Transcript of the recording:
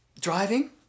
Driving